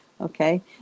okay